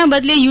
ના બદલે યુ